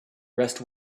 rest